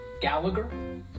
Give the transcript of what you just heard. Gallagher